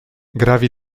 gravi